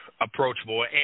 approachable